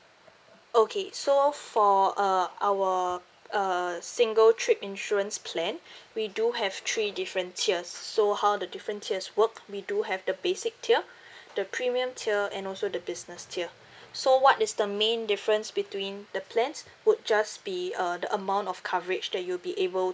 okay so for uh our uh single trip insurance plan we do have three different tiers so how the different tiers work we do have the basic tier the premium tier and also the business tier so what is the main difference between the plans would just be uh the amount of coverage that you be able